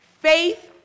faith